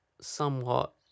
somewhat